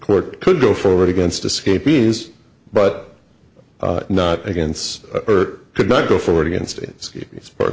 court could go forward against escapees but not against her could not go forward against it it's part of